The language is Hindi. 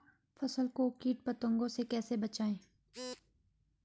फसल को कीट पतंगों से कैसे बचाएं?